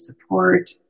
support